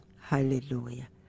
Hallelujah